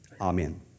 Amen